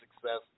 success